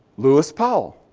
lewis powell.